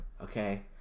Okay